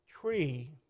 tree